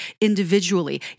individually